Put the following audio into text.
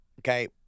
okay